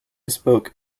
spoke